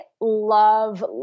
love